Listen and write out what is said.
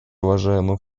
уважаемый